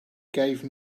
gave